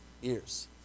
years